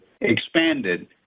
expanded